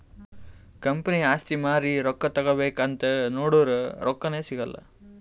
ಕಂಪನಿದು ಆಸ್ತಿ ಮಾರಿ ರೊಕ್ಕಾ ತಗೋಬೇಕ್ ಅಂತ್ ನೊಡುರ್ ರೊಕ್ಕಾನೇ ಸಿಗಲ್ಲ